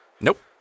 Nope